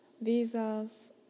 visas